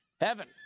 heaven